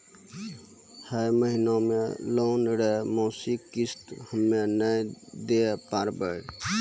है महिना मे लोन रो मासिक किस्त हम्मे नै दैल पारबौं